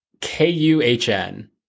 k-u-h-n